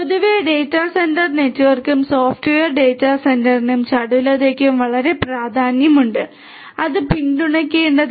പൊതുവേ data centre നെറ്റ്വർക്കും software data സെന്ററിനും ചടുലതയ്ക്കും വളരെ പ്രാധാന്യമുണ്ട് അത് പിന്തുണയ്ക്കേണ്ടതാണ്